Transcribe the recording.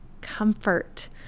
comfort